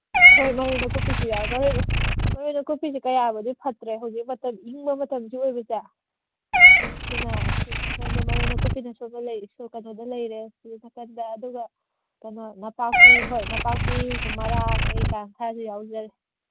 ꯍꯣꯏ ꯃꯔꯣꯏ ꯅꯥꯀꯨꯞꯄꯤꯁꯨ ꯌꯥꯎꯏ ꯃꯔꯣꯏ ꯅꯥꯀꯨꯞꯄꯤꯁꯤ ꯀꯌꯥꯕꯨꯗꯤ ꯐꯠꯇ꯭ꯔꯦ ꯍꯧꯖꯤꯛ ꯃꯇꯝ ꯏꯪꯕ ꯃꯇꯝꯁꯨ ꯑꯣꯏꯕꯁꯦ ꯁꯤꯅ ꯁꯣꯝꯗ ꯃꯔꯣꯏ ꯅꯥꯀꯨꯞꯄꯤꯅ ꯁꯣꯝꯗ ꯂꯩꯔꯤꯁꯨ ꯀꯩꯅꯣꯗ ꯂꯩꯔꯦ ꯁꯤ ꯍꯦꯛ ꯅꯥꯀꯟꯗ ꯑꯗꯨꯒ ꯀꯩꯅꯣ ꯅꯥꯄꯥꯛꯄꯤ ꯍꯣꯏ ꯅꯥꯄꯥꯛꯄꯤ ꯃꯔꯥ ꯀꯩꯀꯥ ꯈꯔꯁꯨ ꯌꯥꯎꯖꯔꯦ